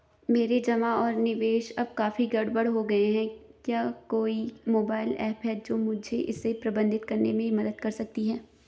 मेरे जमा और निवेश अब काफी गड़बड़ हो गए हैं क्या कोई मोबाइल ऐप है जो मुझे इसे प्रबंधित करने में मदद कर सकती है?